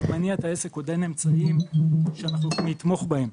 עוד אין להם ציוד שאנחנו יכולים לתמוך בו.